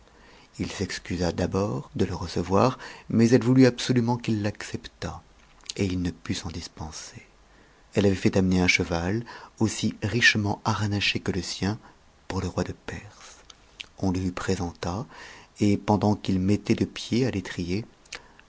apporter s'excusa d'abord de c recevoir mais elle voulut absolument qu'il l'acceptât et il ne put s'en dispenser eue avait fait amener un cheval aussi richement harnaché que le sien pour le roi de perse on le lui présenta et pendant qu'il mettait le pied à l'étrier